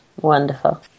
Wonderful